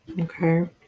Okay